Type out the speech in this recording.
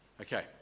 Okay